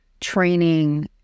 training